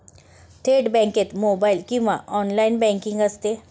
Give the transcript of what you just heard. थेट बँकेत मोबाइल किंवा ऑनलाइन बँकिंग असते